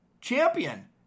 champion